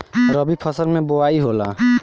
रबी फसल मे बोआई होला?